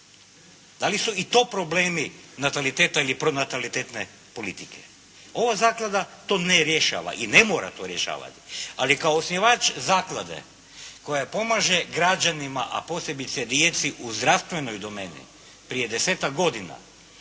Da li su i to problemi nataliteta ili pronatalitetne politike? Ova zaklada to ne rješava i ne mora to rješavati, ali kao osnivač zaklade koja pomaže građanima, a posebice djeci, u zdravstvenoj domeni, prije desetak godina,